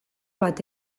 bat